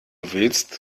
willst